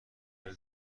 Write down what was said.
هتل